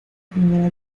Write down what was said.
primera